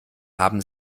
haben